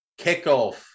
Kickoff